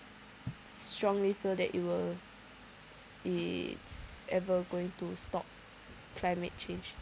strongly feel that it will it's ever going to stop climate change